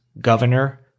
Governor